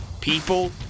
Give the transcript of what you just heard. people